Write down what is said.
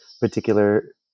particular